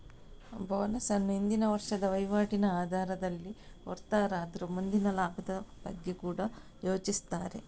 bonus ಅನ್ನು ಹಿಂದಿನ ವರ್ಷದ ವೈವಾಟಿನ ಆಧಾರದಲ್ಲಿ ಕೊಡ್ತಾರಾದ್ರೂ ಮುಂದಿನ ಲಾಭದ ಬಗ್ಗೆ ಕೂಡಾ ಯೋಚಿಸ್ತಾರೆ